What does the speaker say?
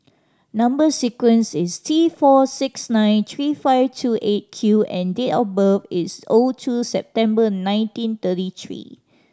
number sequence is T four six nine three five two Eight Q and date of birth is O two September nineteen thirty three